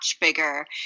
bigger